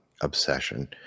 obsession